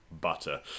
butter